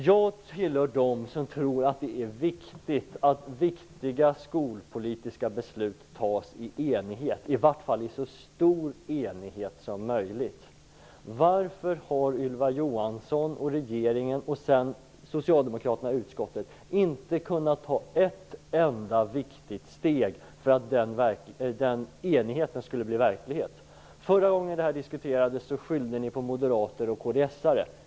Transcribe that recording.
Jag tillhör dem som tror att det är angeläget att viktiga skolpolitiska beslut fattas i enighet, i varje fall i så stor enighet som möjligt. Varför har Ylva Johansson och regeringen, och sedan socialdemokraterna i utskottet, inte kunnat ta ett enda steg för att den enigheten skulle bli verklighet? Förra gången detta diskuterades skyllde ni på moderater och kds:are.